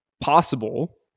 possible